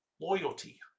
loyalty